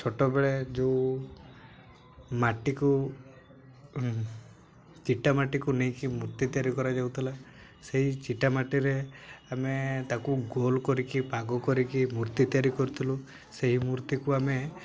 ଛୋଟବେଳେ ଯେଉଁ ମାଟିକୁ ଚିଟା ମାଟିକୁ ନେଇକି ମୂର୍ତ୍ତି ତିଆରି କରାଯାଉଥିଲା ସେହି ଚିଟା ମାଟିରେ ଆମେ ତାକୁ ଗୋଲ କରିକି ପାଗ କରିକି ମୂର୍ତ୍ତି ତିଆରି କରିଥିଲୁ ସେହି ମୂର୍ତ୍ତିକୁ ଆମେ